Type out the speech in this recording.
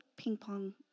ping-pong